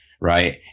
right